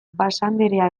basanderea